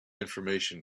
information